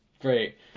great